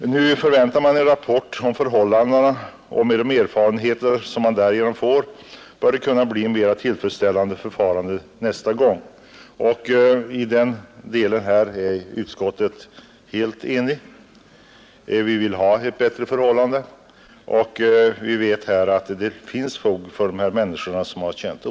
Nu väntas en rapport från den senaste folkoch bostadsräkningen, och med de erfarenheter man därigenom får bör det bli möjligt att åstadkomma ett mera tillfredsställande förfarande nästa gång. I den delen är utskottet helt enigt. Vi vill ha en bättre ordning, och vi vet att det finns fog för den oro som människor har känt.